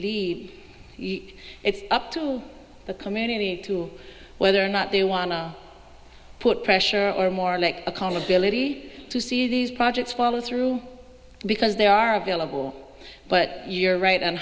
leave it's up to the community to whether or not they want to put pressure or more like accountability to see these projects follow through because they are available but you're right and